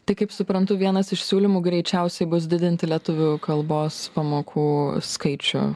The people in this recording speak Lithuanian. tai kaip suprantu vienas iš siūlymų greičiausiai bus didinti lietuvių kalbos pamokų skaičių